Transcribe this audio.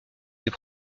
ses